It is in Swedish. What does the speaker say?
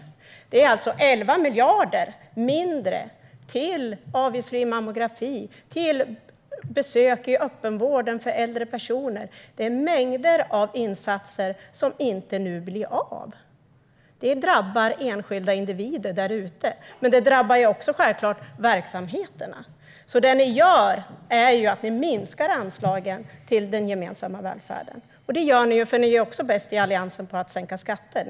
Det är alltså 11 miljarder mindre till avgiftsfri mammografi och till besök i öppenvården för äldre personer. Det är mängder av insatser som inte blir av. Det drabbar enskilda individer därute, men det drabbar självklart också verksamheterna. Det ni gör är att ni minskar anslagen till den gemensamma välfärden. Ni i Alliansen är också bäst på att sänka skatter.